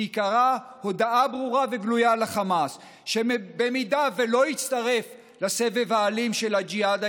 שעיקרה הודעה ברורה וגלויה לחמאס שאם לא יצטרף לסבב האלים של הג'יהאד,